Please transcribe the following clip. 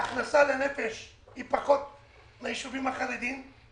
ההכנסה לנפש היא פחות מהישובים החרדים,